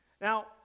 now